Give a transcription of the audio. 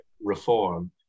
reform